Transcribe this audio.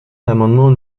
l’amendement